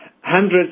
Hundreds